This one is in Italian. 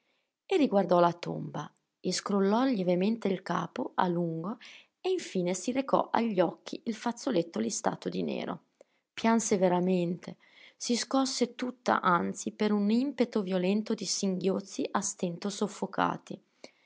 ora e riguardò la tomba e scrollò lievemente il capo a lungo e infine si recò a gli occhi il fazzoletto listato di nero pianse veramente si scosse tutta anzi per un impeto violento di singhiozzi a stento soffocati